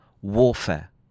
warfare